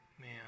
Man